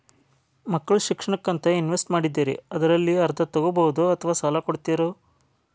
ಮಕ್ಕಳ ಶಿಕ್ಷಣಕ್ಕಂತ ಇನ್ವೆಸ್ಟ್ ಮಾಡಿದ್ದಿರಿ ಅದರಲ್ಲಿ ಅರ್ಧ ತೊಗೋಬಹುದೊ ಅಥವಾ ಸಾಲ ಕೊಡ್ತೇರೊ?